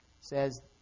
says